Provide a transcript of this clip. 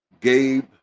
Gabe